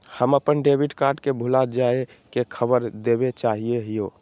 हम अप्पन debit card के भुला जाये के खबर देवे चाहे हियो